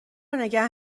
نگه